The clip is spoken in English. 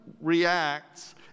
reacts